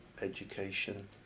education